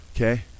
Okay